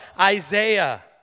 Isaiah